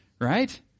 Right